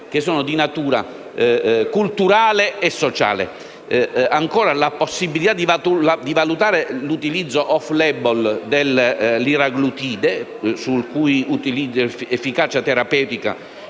che sono di tipo culturale e sociale. C'è poi la possibilità di valutare l'utilizzo *off label* del liraglutide, sulla cui efficacia terapeutica